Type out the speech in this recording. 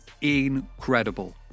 incredible